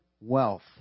wealth